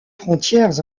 frontières